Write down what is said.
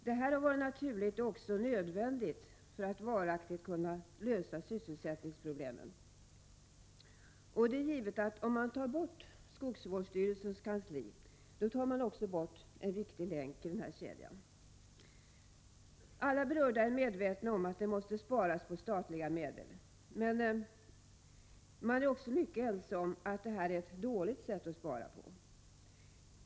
Detta har varit naturligt och också nödvändigt för att varaktigt kunna lösa sysselsättningsproblemen. Om man tar bort skogsvårdsstyrelsens kansli, tar man givetvis bort en viktig länk i denna kedja. Alla berörda är medvetna om att det måste sparas på statliga medel, men man är också mycket ense om att detta är ett dåligt sätt att spara på.